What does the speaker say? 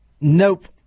Nope